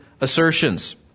assertions